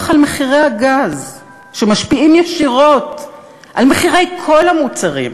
על מחירי הגז שמשפיעים ישירות על מחירי כל המוצרים,